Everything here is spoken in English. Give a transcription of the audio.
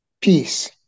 peace